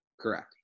Correct